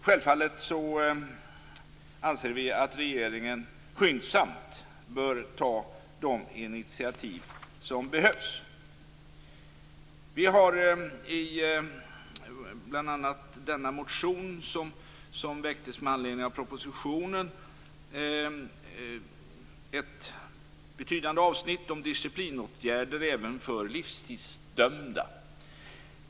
Självfallet anser vi att regeringen skyndsamt bör ta de initiativ som behövs. Vi har i bl.a. den motion som väcktes med anledning av propositionen ett betydande avsnitt som disciplinåtgärder även för livstidsdömda.